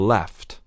Left